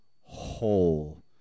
whole